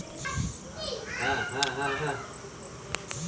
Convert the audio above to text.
credit bank গুলা তে মানুষ মাসে মাসে টাকা খাটাতে পারে আর এতে শুধও বেশি আসে